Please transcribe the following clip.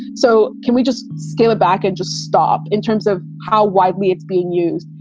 so can we just scale it back and just stop in terms of how widely it's being used?